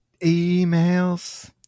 emails